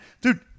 Dude